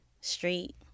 street